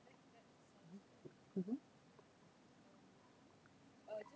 mmhmm